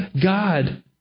God